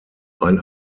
ein